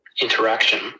interaction